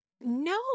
No